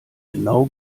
genau